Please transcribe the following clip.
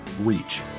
reach